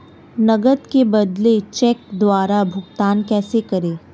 नकद के बदले चेक द्वारा भुगतान कैसे करें?